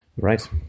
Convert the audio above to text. Right